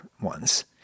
ones